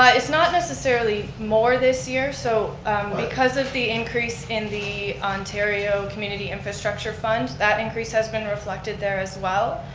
ah it's not necessarily more this year. so because of the increase in the ontario community infrastructure fund, that increase has been reflected there as well.